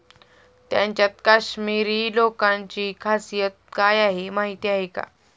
त्यांच्यात काश्मिरी लोकांची खासियत काय आहे माहीत आहे का?